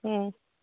ꯎꯝ